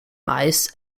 meist